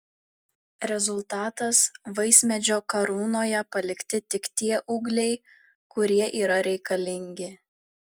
rezultatas vaismedžio karūnoje palikti tik tie ūgliai kurie yra reikalingi